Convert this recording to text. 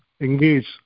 engage